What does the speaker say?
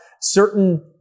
certain